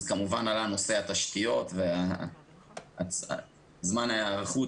אז כמובן עלה נושא התשתיות וזמן ההיערכות